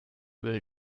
will